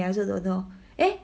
I also don't know eh